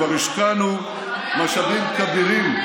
כבר השקענו משאבים כבירים,